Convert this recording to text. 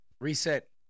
Reset